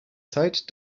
zeit